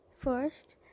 first